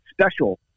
special